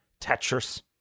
Tetris